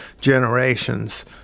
generations